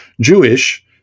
Jewish